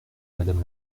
madame